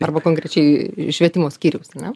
arba konkrečiai švietimo skyriaus ane